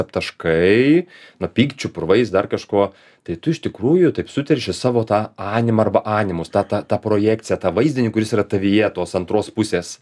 aptaškai na pykčiu purvais dar kažkuo tai tu iš tikrųjų taip suterši savo tą animą arba animus tą tą tą projekciją tą vaizdinį kuris yra tavyje tos antros pusės